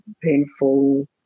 painful